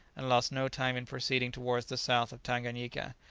and lost no time in proceeding towards the south of tanganyika.